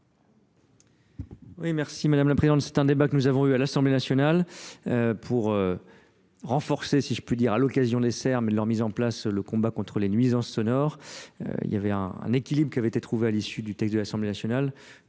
Mᵐᵉ la Présidente, c'est un débat que nous avons eu à l'assemblée nationale pour renforcer si je puis dire renforcer si je puis dire à l'occasion des Serbes et leur mise en place le combat contre les nuisances sonores Euh, il y avait un équilibre qui avait été trouvé à l'issue du texte de l'assemblée nationale,